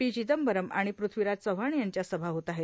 र्चदंबरम र्राण पृथ्वीराज चव्हाण यांच्या सभा होत आहेत